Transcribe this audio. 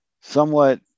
somewhat